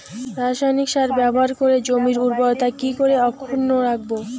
রাসায়নিক সার ব্যবহার করে জমির উর্বরতা কি করে অক্ষুণ্ন রাখবো